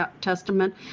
Testament